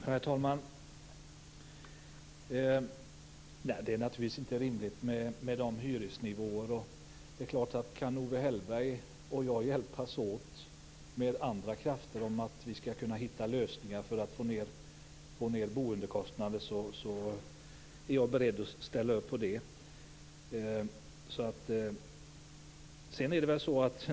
Herr talman! Nej, det är naturligtvis inte rimligt med sådana hyresnivåer. Det är klart att om Owe Hellberg och jag med andra krafter kan hjälpas åt att hitta lösningar för att få ned boendekostnaderna, så är jag naturligtvis beredd att ställa upp på det.